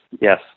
yes